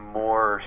more